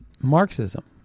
Marxism